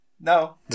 No